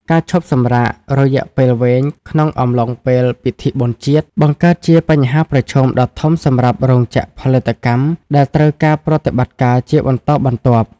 ការឈប់សម្រាករយៈពេលវែងក្នុងអំឡុងពេលពិធីបុណ្យជាតិ បង្កើតជាបញ្ហាប្រឈមដ៏ធំសម្រាប់រោងចក្រផលិតកម្មដែលត្រូវការប្រតិបត្តិការជាបន្តបន្ទាប់។